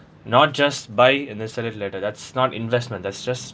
not just buy and then sell it later that's not investment that's just